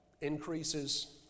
increases